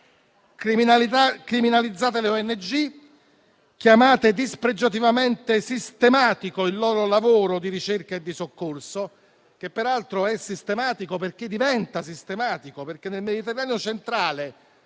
criminalizzate le ONG, chiamate dispregiativamente sistematico il loro lavoro di ricerca e soccorso, che peraltro è sistematico perché diventa sistematico, perché nel Mediterraneo centrale